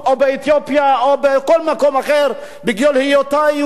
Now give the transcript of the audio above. בגלל היותנו יהודים סבלנו מאנטישמיות,